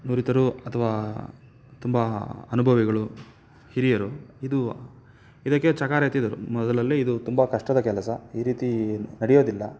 ನುರಿತರು ಅಥವಾ ತುಂಬ ಅನುಭವಿಗಳು ಹಿರಿಯರು ಇದು ಇದಕ್ಕೆ ಚಕಾರ ಎತ್ತಿದರು ಮೊದಲಲ್ಲಿ ಇದು ತುಂಬ ಕಷ್ಟದ ಕೆಲಸ ಈ ರೀತಿ ನಡೆಯೋದಿಲ್ಲ